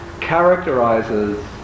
characterizes